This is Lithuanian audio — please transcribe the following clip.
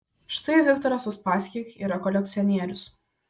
štai viktoras uspaskich yra kolekcionierius